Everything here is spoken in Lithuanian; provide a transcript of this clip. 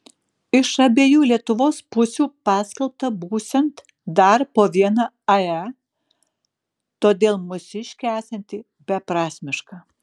iš abiejų lietuvos pusių paskelbta būsiant dar po vieną ae todėl mūsiškė esanti beprasmiška